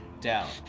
down